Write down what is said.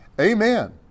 Amen